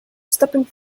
stopping